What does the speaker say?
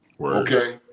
okay